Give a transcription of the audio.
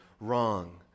wrong